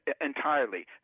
entirely